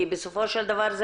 כי בסופו של דבר,